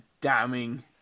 damning